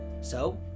So